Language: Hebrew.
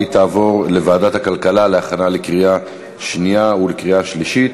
והיא תעבור לוועדת הכלכלה להכנה לקריאה שנייה ולקריאה שלישית.